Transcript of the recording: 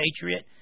patriot